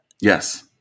Yes